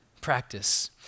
practice